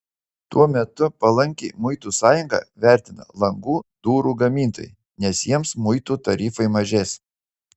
tuo metu palankiai muitų sąjungą vertina langų durų gamintojai nes jiems muitų tarifai mažės